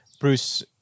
Bruce